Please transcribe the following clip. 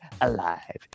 alive